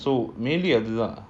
so maybe அதுதான்:adhuthan